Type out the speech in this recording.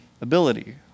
ability